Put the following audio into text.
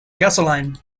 gasoline